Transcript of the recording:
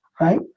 right